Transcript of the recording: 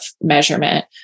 measurement